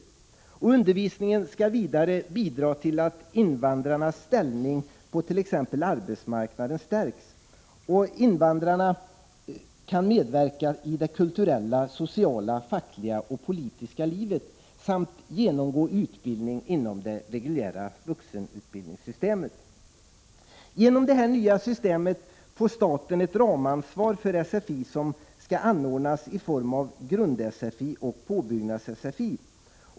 Vidare skall undervisningen bidra till att invandrarens ställning på t.ex. arbetsmarknaden stärks. Dessutom skall invandraren kunna medverka i det kulturella, sociala, fackliga och politiska livet samt genomgå utbildning inom det reguljära vuxenutbildningssystemet. Genom det nya systemet får staten ett ramansvar för sfi, som skall anordnas i form av grund-sfi och påbyggnads-sfi.